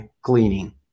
cleaning